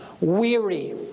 weary